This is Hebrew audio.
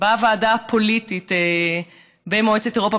בוועדה הפוליטית במועצת אירופה,